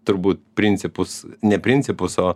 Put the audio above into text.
turbūt principus ne principus o